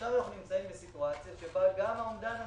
עכשיו אנחנו נמצאים בסיטואציה שגם האומדן הזה,